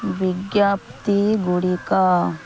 ବିଜ୍ଞପ୍ତି ଗୁଡ଼ିକ